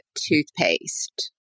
toothpaste